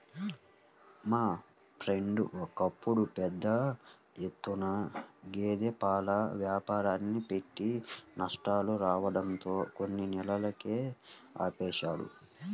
మా ఫ్రెండు ఒకడు పెద్ద ఎత్తున గేదె పాల వ్యాపారాన్ని పెట్టి నష్టాలు రావడంతో కొన్ని నెలలకే ఆపేశాడు